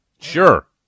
sure